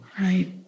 right